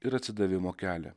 ir atsidavimo kelią